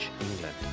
England